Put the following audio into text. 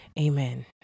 Amen